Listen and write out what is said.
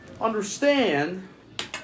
understand